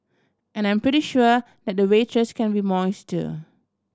and I'm pretty sure the waitress can be moist too